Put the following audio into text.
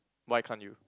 why can't you